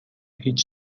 هیچ